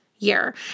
Year